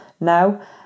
now